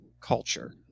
culture